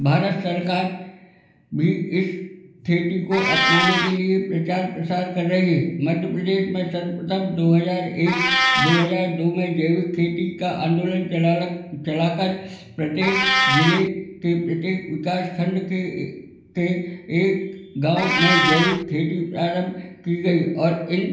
भारत सरकार भी इस खेती को अपनाने के लिए प्रचार प्रसार कर रही मध्य प्रदेश में सर्वप्रथम दो हजार एक दो हजार दो में जैविक खेती का आंदोलन चलालक चलाकर प्रत्येक जिले के प्रत्येक विकास खंड के ए के एक गाँव में जैविक खेती प्रारम्भ की गई और इन